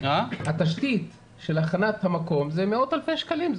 התשתית של הכנת המקום זה מאות אלפי שקלים,